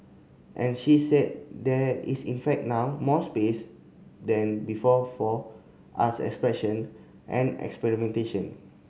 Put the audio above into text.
and she said there is in fact now more space than before for arts expression and experimentation